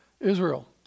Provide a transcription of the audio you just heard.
Israel